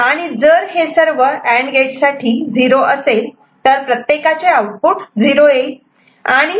आणि जर हे सर्व अँड गेट साठी 0 असेल तर प्रत्येकाचे आउटपुट 0 येईल